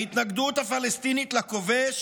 ההתנגדות הפלסטינית לכובש